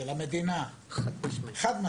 של המדינה חד-משמעית.